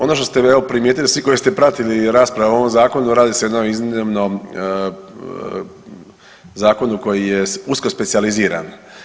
Ono što ste evo primijetili svi koji ste pratilu raspravu o ovom zakonu radi se o jednom iznimnom zakonu koji je usko specijaliziran.